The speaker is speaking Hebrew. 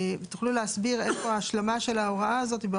אם תוכלי להסביר איפה ההשלמה של ההוראה הזאת.